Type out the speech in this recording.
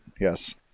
yes